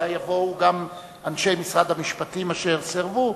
וודאי יבואו גם אנשי משרד המשפטים אשר סירבו,